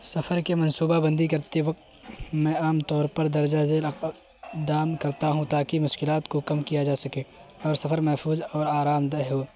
سفر کی منصوبہ بندی کرتے وقت میں عام طور پر درجہ ذیل اقدام کرتا ہوں تاکہ مشکلات کو کم کیا جا سکے اور سفر محفوظ اور آرام دہ ہو